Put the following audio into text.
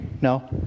No